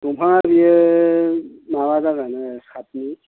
दंफांआ बेयो माबा जागोन सातनि